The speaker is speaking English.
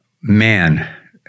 man